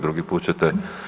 Drugi put ćete.